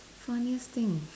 funniest things